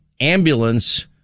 ambulance